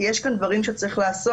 כי יש כאן דברים שצריך לעשות,